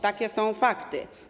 Takie są fakty.